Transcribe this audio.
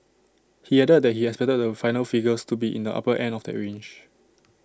he added that he expected the final figures to be in the upper end of that range